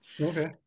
Okay